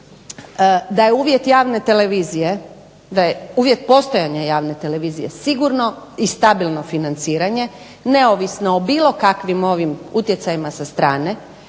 da je uvjet postojanja javne televizije sigurno i stabilno financiranje neovisno o bilo kakvim ovim utjecajima sa strane,